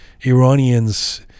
Iranians